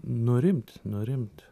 nurimt nurimt